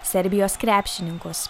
serbijos krepšininkus